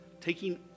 taking